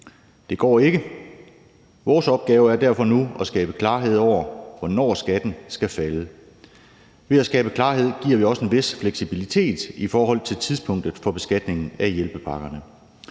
Det går ikke. Vores opgave er derfor nu at skabe klarhed over, hvornår skatten skal falde. Ved at skabe klarhed giver vi også en vis fleksibilitet i forhold til tidspunktet for beskatningen af hjælpepakkerne.